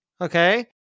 Okay